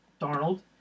Darnold